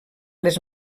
les